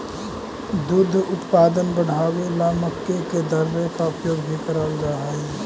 दुग्ध उत्पादन बढ़ावे ला मक्के के दर्रे का प्रयोग भी कराल जा हई